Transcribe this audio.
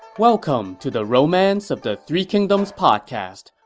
welcome to the romance of the three kingdoms podcast.